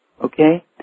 okay